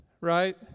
Right